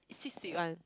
sweet sweet [one]